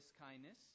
kindness